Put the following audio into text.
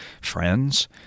friends